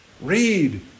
Read